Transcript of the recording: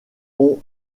ont